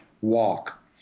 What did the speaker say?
walk